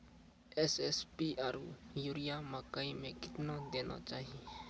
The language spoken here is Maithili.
एस.एस.पी आरु यूरिया मकई मे कितना देना चाहिए?